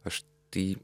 aš tai